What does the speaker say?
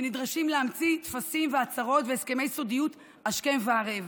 שנדרשים להמציא טפסים והצהרות והסכמי סודיות השכם והערב.